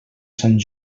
sant